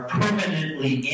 permanently